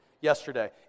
yesterday